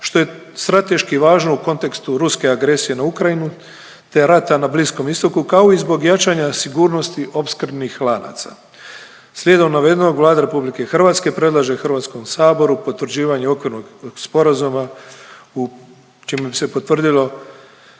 što je strateški važno u kontekstu ruske agresije na Ukrajinu te rata na Bliskom Istoku kao i zbog jačanja sigurnosti opskrbnih lanaca. Slijedom navedenog Vlada RH predlaže Hrvatskom saboru potvrđivanje okvirnog sporazuma u, čime bi se potvrdilo